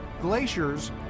Glaciers